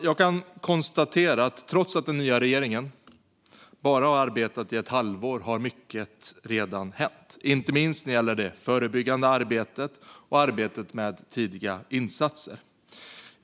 Jag kan konstatera att trots att den nya regeringen bara har arbetat i ett halvår har mycket redan hänt, inte minst när det gäller det förebyggande arbetet och arbetet med tidiga insatser.